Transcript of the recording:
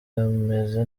ameze